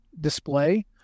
display